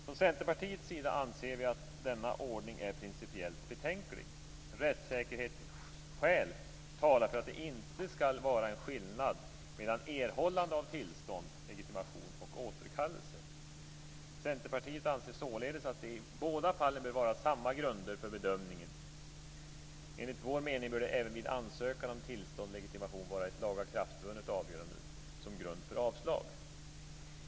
Från Centerpartiets sida anser vi att denna ordning är principiellt betänklig. Rättssäkerhetsskäl talar för att det inte skall vara en skillnad mellan erhållande av tillstånd, legitimation, och återkallelse. Centerpartiet anser således att det i båda fallen bör vara samma grunder för bedömningen. Enligt vår mening bör det även vid ansökan om tillstånd, legitimation, vara ett lagakraftvunnet avgörande som grund för avslag.